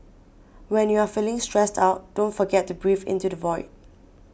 when you are feeling stressed out don't forget to breathe into the void